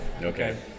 Okay